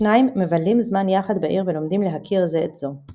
השניים מבלים זמן יחד בעיר ולומדים להכיר זה את זו.